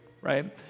right